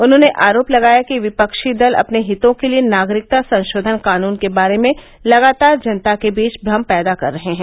उन्होंने आरोप लगाया कि विफ्की दल अपने हितों के लिए नागरिकता संशोधन कानुन के बारे में लगातार जनता के बीच भ्रम पैदा कर रहे हैं